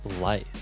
life